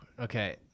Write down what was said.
Okay